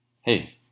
hey